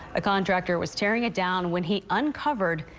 contractor was tearing it down when he uncovered.